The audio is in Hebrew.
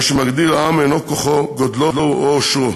מה שמגדיר עם אינו כוחו, גודלו או עושרו,